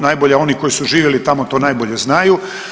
Najbolje oni koji su živjeli tamo to najbolje znaju.